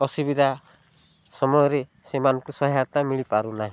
ଅସୁବିଧା ସମୟରେ ସେମାନଙ୍କୁ ସହାୟତା ମିଳିପାରୁ ନାହିଁ